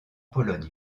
pologne